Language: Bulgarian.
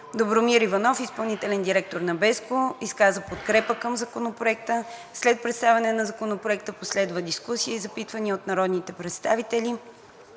Добромир Иванов, изпълнителен директор на BESCO изказа подкрепа към Законопроекта. След представянето на Законопроекта последва дискусия и запитвания от народните представители.